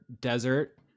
desert